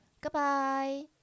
Goodbye